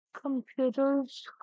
computers